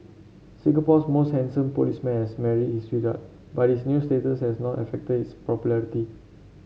Singapore's most handsome policeman has married his sweetheart but his new status has not affected his popularity